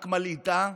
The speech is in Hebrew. רק מלהיט את